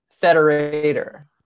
federator